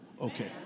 Okay